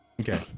Okay